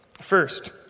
First